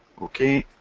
ok,